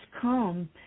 come